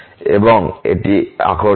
সুতরাং এটি আকর্ষণীয়